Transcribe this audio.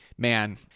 Man